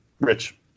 Rich